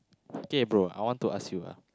okay bro I want to ask you ah